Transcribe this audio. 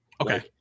Okay